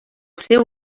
seu